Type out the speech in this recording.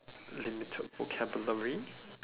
limited vocabulary